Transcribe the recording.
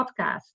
podcast